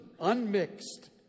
unmixed